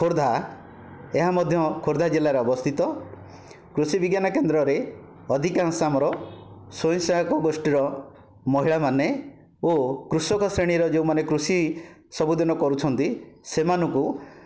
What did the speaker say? ଖୋର୍ଦ୍ଧା ଏହା ମଧ୍ୟ ଖୋର୍ଦ୍ଧା ଜିଲ୍ଲାରେ ଅବସ୍ଥିତ କୃଷିବିଜ୍ଞାନ କେନ୍ଦ୍ରରେ ଅଧିକାଂଶ ଆମର ସ୍ୱୟଂସହାୟକ ଗୋଷ୍ଠିର ମହିଳାମାନେ ଓ କୃଷକ ଶ୍ରେଣୀର ଯେଉଁମାନେ କୃଷି ସବୁଦିନ କରୁଛନ୍ତି ସେହିମାନଙ୍କୁ